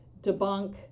debunk